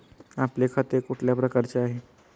आपले खाते कुठल्या प्रकारचे आहे?